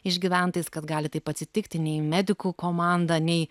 išgyventais kad gali taip atsitikti nei medikų komanda nei